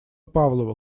павлова